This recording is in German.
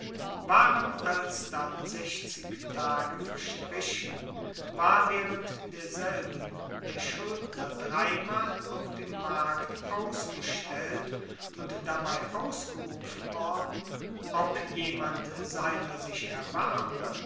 waren alsdann sechzig tage verstrichen war waehrend derselben der schuldner dreimal auf dem markt ausgestellt und dabei ausgerufen worden ob jemand seiner sich